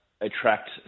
attract